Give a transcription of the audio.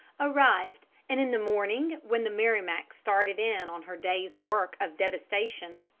arrived, and in the morning when the merrimac started in on her day's work of devastation,